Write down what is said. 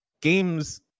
games